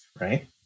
Right